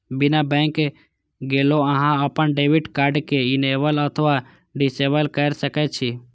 बिना बैंक गेलो अहां अपन डेबिट कार्ड कें इनेबल अथवा डिसेबल कैर सकै छी